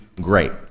great